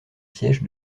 siège